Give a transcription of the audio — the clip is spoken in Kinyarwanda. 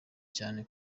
cyane